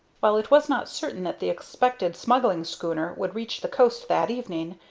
while it was not certain that the expected smuggling schooner would reach the coast that evening,